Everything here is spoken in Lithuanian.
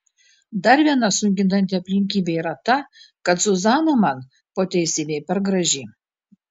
dar viena sunkinanti aplinkybė yra ta kad zuzana man po teisybei per graži